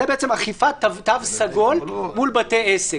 זה בעצם אכיפת תו סגול מול בתי עסק.